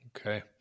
Okay